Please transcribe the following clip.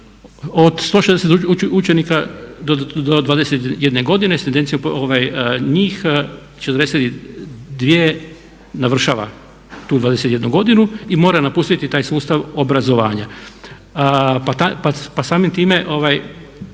od 160 učenika do 21 godine s tendencijom njih 42 navršava tu 21 i mora napustiti taj sustav obrazovanja. Pa samim time ti